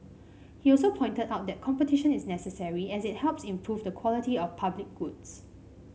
he also pointed out that competition is necessary as it helps improve the quality of public goods